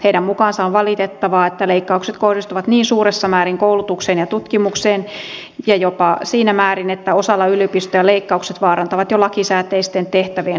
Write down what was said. heidän mukaansa on valitettavaa että leikkaukset kohdistuvat niin suuressa määrin koulutukseen ja tutkimukseen ja jopa siinä määrin että osalla yliopistoja leikkaukset vaarantavat jo lakisääteisten tehtävien hoitamisen